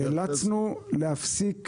נאלצנו להפסיק